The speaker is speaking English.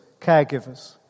caregivers